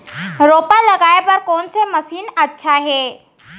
रोपा लगाय बर कोन से मशीन अच्छा हे?